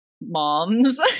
moms